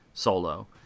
Solo